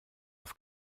auf